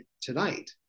tonight